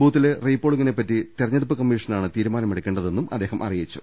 ബൂത്തിലെ റീപോളിങ്ങിനെ പറ്റി തെരഞ്ഞടുപ്പ് കമ്മീഷനാണ് തീരുമാനമെടുക്കേണ്ടതെന്നും അദ്ദേഹം അറിയിച്ചു